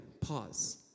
pause